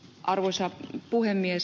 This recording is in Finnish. arvoisa puhemies